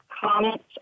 comments